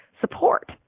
support